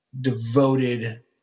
devoted